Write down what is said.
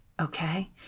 okay